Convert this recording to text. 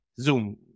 zoom